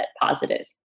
positive